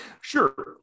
Sure